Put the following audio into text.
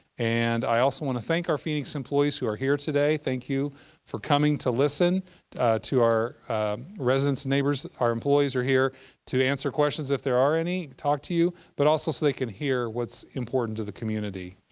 and i also want to thank our phoenix employees who are here today. thank you for coming to listen to our residents, neighbors. our employees are here to answer questions if there are any, talk to you, but also so they can hear what's important to the community.